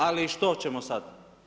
Ali što ćemo sada?